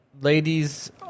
ladies